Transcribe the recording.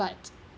but